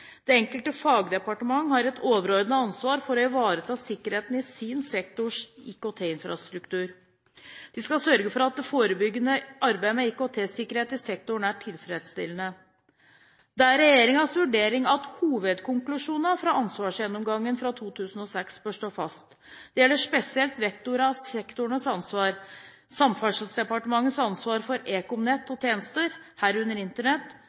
Det enkelte fagdepartement har et overordnet ansvar for å ivareta sikkerheten i sin sektors IKT-infrastruktur. De skal sørge for at det forebyggende arbeidet med IKT-sikkerheten i sektoren er tilfredsstillende. Det er regjeringens vurdering av hovedkonklusjonene fra ansvarsgjennomgangen fra 2006 bør stå fast. Dette gjelder spesielt vektleggingen av sektorenes ansvar, Samferdselsdepartementets ansvar for ekomnett og -tjenester, herunder Internett,